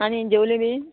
आनी जेवली बी